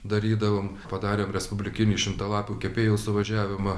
darydavom padarėm respublikinį šimtalapių kepėjų suvažiavimą